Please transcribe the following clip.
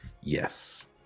yes